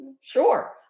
sure